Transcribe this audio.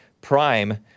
prime